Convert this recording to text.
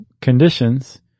conditions